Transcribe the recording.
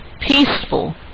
peaceful